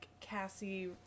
Cassie